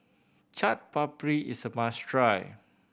Chaat Papri is a must try